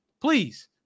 Please